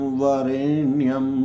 Varenyam